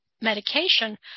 medication